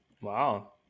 Wow